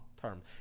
term